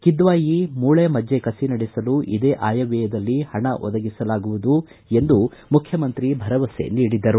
ಕಿದ್ವಾಯಿ ಮೂಳೆ ಮಜ್ಜೆ ಕಸಿ ನಡೆಸಲು ಇದೇ ಆಯವ್ಯಯದಲ್ಲಿ ಹಣ ಒದಗಿಸಲಾಗುವುದು ಎಂದು ಮುಖ್ಯಮಂತ್ರಿ ಭರವಸೆ ನೀಡಿದರು